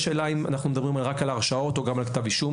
השאלה אם אנחנו מדברים רק על הרשעות או גם על כתב אישום.